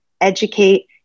educate